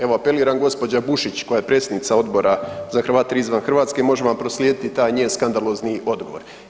Evo apeliram gospođa Bušić koja je predsjednica Odbora za Hrvate izvan Hrvatske može vam proslijediti taj njen skandalozni odgovor.